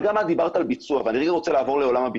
את דיברת על ביצוע ואני רוצה לעבור לעולם הביצוע.